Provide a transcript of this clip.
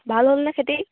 ভাল হ'লনে খেতি